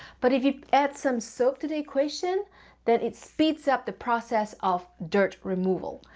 but if you add some soap to the equation, then it speeds up the process of dirt removal.